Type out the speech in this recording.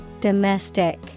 Domestic